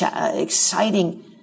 exciting